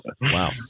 Wow